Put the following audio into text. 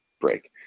break